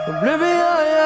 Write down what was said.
Oblivion